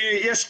כי יש קשיים,